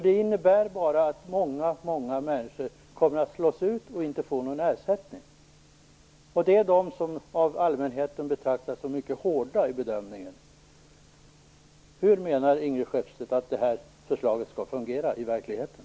Det innebär bara att många människor kommer att slås ut och inte får någon ersättning. Det är de som av allmänheten betraktas som mycket hårda i bedömningen. Hur menar Ingrid Skeppstedt att det här förslaget skall fungera i verkligheten?